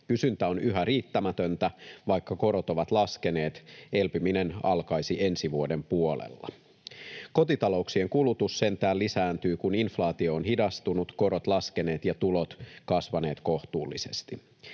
Kysyntä on yhä riittämätöntä, vaikka korot ovat laskeneet. Elpyminen alkaisi ensi vuoden puolella. Kotitalouksien kulutus sentään lisääntyy, kun inflaatio on hidastunut, korot laskeneet ja tulot kasvaneet kohtuullisesti.